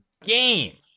game